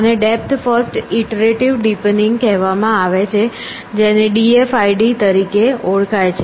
આને depth first iterative deepening કહેવામાં આવે છે જેને d f i d તરીકે ઓળખાય છે